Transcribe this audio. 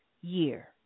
year